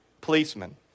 policemen